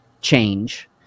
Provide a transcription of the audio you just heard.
change